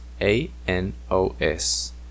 A-N-O-S